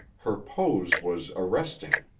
her pose was arresting.